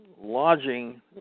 lodging